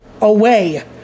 away